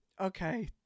okay